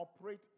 operate